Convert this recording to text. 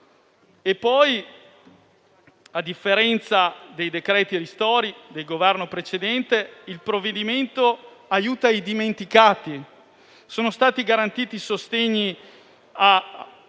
a differenza dei decreti-legge ristori del Governo precedente, il provvedimento aiuta i dimenticati. Sono stati garantiti sostegni